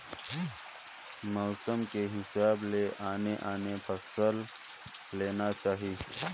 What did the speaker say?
मउसम के हिसाब ले आने आने फसल लेना चाही